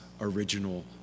original